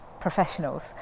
professionals